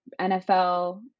NFL